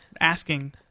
asking